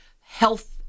health